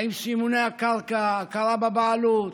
האם סימוני הקרקע, הכרה בבעלות,